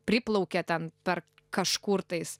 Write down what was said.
priplaukė ten per kažkurtais